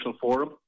forum